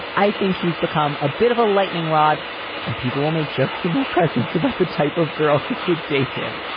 i think he's become a bit of a lightning rod and people will make jokes in my presence about the type of girl who would date him.